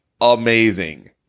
amazing